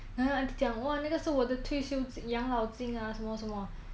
然后那个 auntie 讲哇那个是我的退休养老金 ah 什么什么